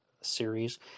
series